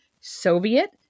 Soviet